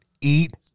eat